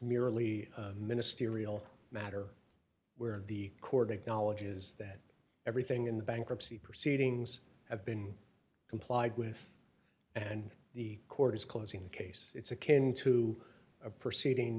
merely a ministerial matter where the court acknowledges that everything in the bankruptcy proceedings have been complied with and the court is closing the case it's akin to a proceeding